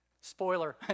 Spoiler